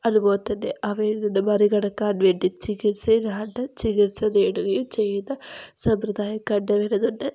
അതുപോലെ തന്നെ അവയിൽ നിന്ന് മറികടക്കാൻ വേണ്ടി ചികിത്സ ചികിത്സ നേടുകയും ചെയ്യുന്ന സമ്പ്രദായം കണ്ടുവരുന്നുണ്ട്